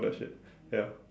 that shit ya